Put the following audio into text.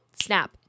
snap